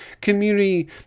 community